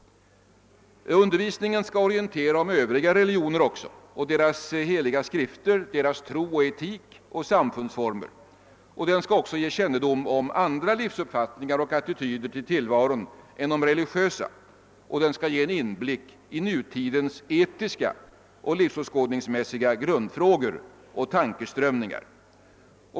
Undervisningen skall orientera om övriga religioner också och deras heliga skrifter, deras tro och etik och samfundsformer. Den skall också ge kännedom om andra livsuppfattningar och andra attityder än de religiösa, och den skall ge en inblick i nutidens etiska och livsåskådningsmässiga grundfrågor och tankeströmningar.